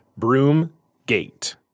Broomgate